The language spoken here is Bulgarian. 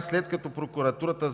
след като прокуратурата